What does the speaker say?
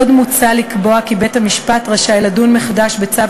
עוד מוצע לקבוע כי בית-המשפט רשאי לדון מחדש בצו